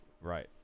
Right